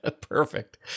Perfect